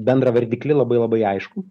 bendrą vardiklį labai labai aiškų